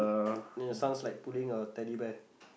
then the son's like pulling a Teddy Bear